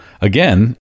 again